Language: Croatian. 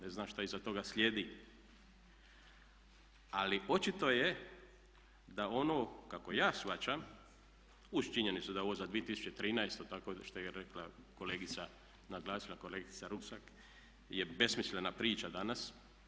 Ne znam šta iza toga slijedi, ali očito je da ono kako ja shvaćam, uz činjenicu da je ovo za 2013. što je rekla kolegica, naglasila kolegica Rusak je besmislena priča danas.